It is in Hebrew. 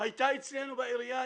הייתה אצלנו בעירייה.